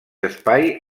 espai